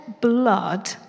blood